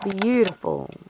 beautiful